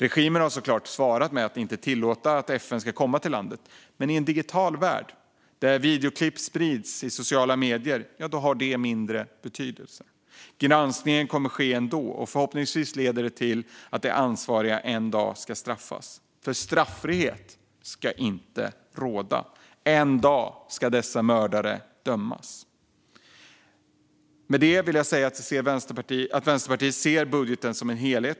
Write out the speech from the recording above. Regimen har såklart svarat med att inte tillåta FN att komma till landet, men i en digital värld där videoklipp sprids i sociala medier har detta mindre betydelse. Granskningen kommer att ske ändå, och förhoppningsvis leder den till att de ansvariga en dag ska straffas. För straffrihet ska inte råda. En dag ska dessa mördare dömas. Med det vill jag säga att Vänsterpartiet ser budgeten som en helhet.